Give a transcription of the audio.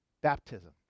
baptism